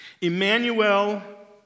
Emmanuel